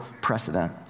precedent